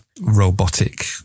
robotic